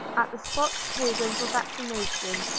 at the spot chosen for vaccination.